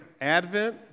Advent